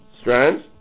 strands